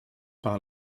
par